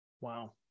Wow